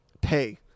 pay